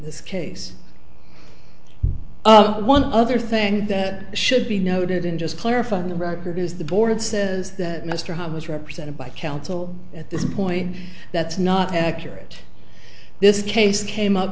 this case one other thing that should be noted in just clarifying the record is the board says that mr howard was represented by counsel at this point that's not accurate this case came up